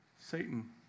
Satan